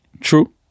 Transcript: True